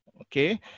Okay